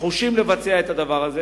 נחושות לבצע את הדבר הזה.